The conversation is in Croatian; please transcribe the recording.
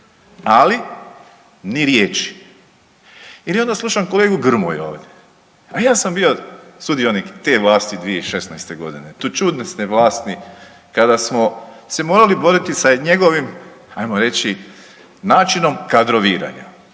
Ali ni riječi. I onda slušam kolegu Grmoju ovdje. Ja sam bio sudionik te vlasti 2016. Godine, te čudesne vlasti kada smo se morali boriti sa njegovim hajmo reći načinom kadroviranja